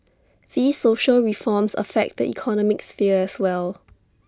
these social reforms affect the economic sphere as well